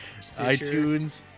iTunes